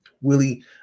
Willie